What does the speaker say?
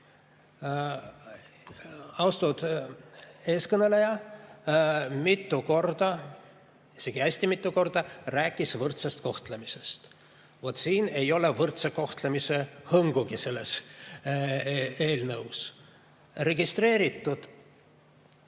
Austatud eeskõneleja mitu korda, isegi hästi mitu korda rääkis võrdsest kohtlemisest. Aga siin ei ole võrdse kohtlemise hõngugi selles eelnõus. Registreeritud